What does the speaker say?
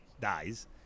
dies